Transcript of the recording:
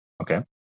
okay